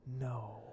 No